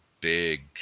big